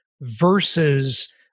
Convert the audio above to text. versus